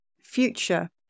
future